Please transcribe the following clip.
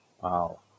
Wow